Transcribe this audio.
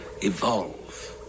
evolve